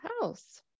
house